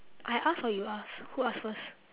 I ask or you ask who ask first